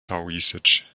taoiseach